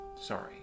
Sorry